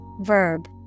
verb